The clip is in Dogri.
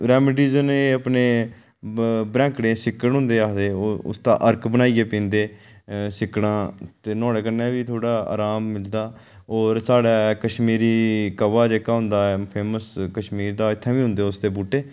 रेमीडियां न ऐ अपने बरैंह्कडे़ दे सिक्कड होंदे आखदे उसदा अर्क बनाइयै पींदे सिक्कड़ें ते नुआढ़े कन्नै बी थोह्ड़ा आराम मिलदा और साढ़ा कशमीरी काह्बा जेह्का होंदा ऐ फेमस कशमीर दा इत्थै बी होंदे ओह्दे उसदे बूह्टे